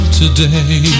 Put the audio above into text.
today